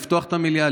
לפתוח את המליאה,